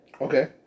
Okay